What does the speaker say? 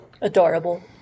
Adorable